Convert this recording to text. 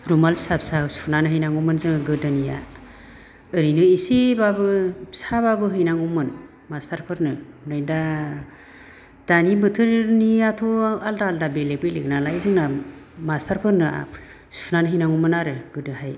रुमाल फिसा फिसा सुनानै होनांगौमोन जोङो गोदोनिया ओरैनो एसेबाबो फिसाबाबो हैनांगौमोन मास्टारफोरनो नै दा दानि बोथोरनिआथ' आलदा आलदा बेलेग बेलेग नालाय जोंना मास्टारफोरनो सुनानै हैनांगौमोन आरो गोदोहाय